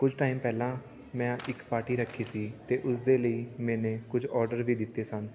ਕੁਝ ਟਾਈਮ ਪਹਿਲਾਂ ਮੈਂ ਇੱਕ ਪਾਰਟੀ ਰੱਖੀ ਸੀ ਅਤੇ ਉਸਦੇ ਲਈ ਮੈਨੇ ਕੁਝ ਔਡਰ ਵੀ ਦਿੱਤੇ ਸਨ